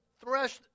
thresh